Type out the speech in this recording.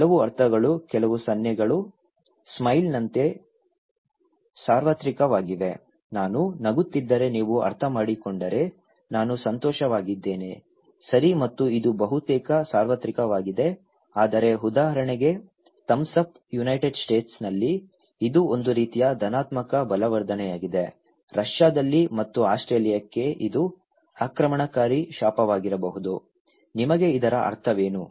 ಕೆಲವು ಅರ್ಥಗಳು ಕೆಲವು ಸನ್ನೆಗಳು ಸ್ಮೈಲ್ನಂತೆ ಸಾರ್ವತ್ರಿಕವಾಗಿವೆ ನಾನು ನಗುತ್ತಿದ್ದರೆ ನೀವು ಅರ್ಥಮಾಡಿಕೊಂಡರೆ ನಾನು ಸಂತೋಷವಾಗಿದ್ದೇನೆ ಸರಿ ಮತ್ತು ಇದು ಬಹುತೇಕ ಸಾರ್ವತ್ರಿಕವಾಗಿದೆ ಆದರೆ ಉದಾಹರಣೆಗೆ ಥಂಬ್ಸ್ ಅಪ್ ಯುನೈಟೆಡ್ ಸ್ಟೇಟ್ಸ್ನಲ್ಲಿ ಇದು ಒಂದು ರೀತಿಯ ಧನಾತ್ಮಕ ಬಲವರ್ಧನೆಯಾಗಿದೆ ರಷ್ಯಾದಲ್ಲಿ ಮತ್ತು ಆಸ್ಟ್ರೇಲಿಯಕ್ಕೆ ಇದು ಆಕ್ರಮಣಕಾರಿ ಶಾಪವಾಗಿರಬಹುದು ನಿಮಗೆ ಇದರ ಅರ್ಥವೇನು